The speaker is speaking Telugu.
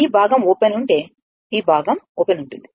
ఈ భాగం ఓపెన్ ఉంటే ఈ భాగం ఓపెన్ ఉంటుంది